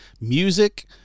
music